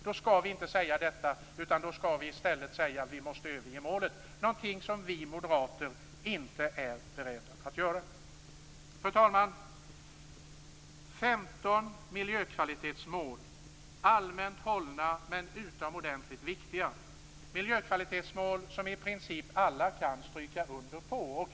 Då skall vi inte säga att vi gör det, utan då skall vi i stället säga att vi måste överge målet - någonting som vi moderater inte är beredda att göra. Fru talman! 15 miljökvalitetsmål, allmänt hållna men utomordentligt viktiga, är miljökvalitetsmål som i princip alla kan skriva under.